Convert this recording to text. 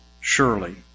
Surely